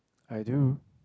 I do